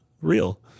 real